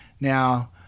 Now